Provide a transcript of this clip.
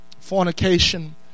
fornication